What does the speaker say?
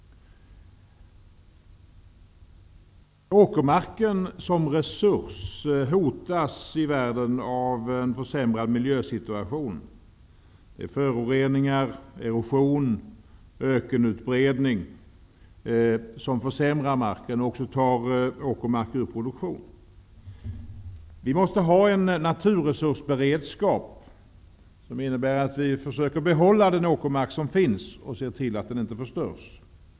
Åkermarken som resurs hotas i världen av en försämrad miljösituation. Föroreningar, erosion och ökenutbredning försämrar marken och tar åkermark ur produktion. Vi måste ha en naturresursberedskap som innebär att vi försöker behålla den åkermark som finns och se till att den inte förstörs.